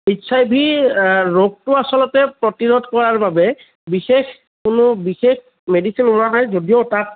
H I V ৰোগটো আচলতে প্ৰতিৰোধ কৰাৰ বাবে বিশেষ কোনো বিশেষ মেডিচিন ওলোৱা নাই যদিও তাক